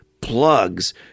plugs